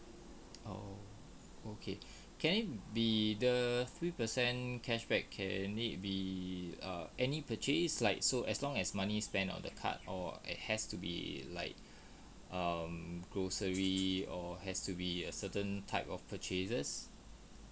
oh okay can it be the three percent cashback can it be err any purchase like so as long as money spent on the card or it has to be like um grocery or has to be a certain type of purchases